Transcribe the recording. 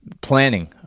planning